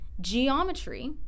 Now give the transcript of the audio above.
geometry